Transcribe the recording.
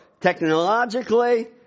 technologically